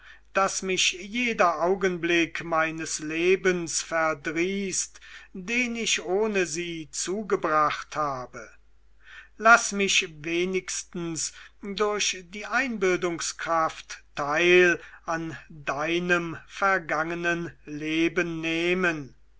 daß mich jeder augenblick meines lebens verdrießt den ich ohne sie zugebracht habe laß mich wenigstens durch die einbildungskraft teil an deinem vergangenen leben nehmen